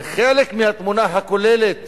זה חלק מהתמונה הכוללת